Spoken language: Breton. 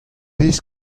vez